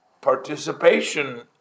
participation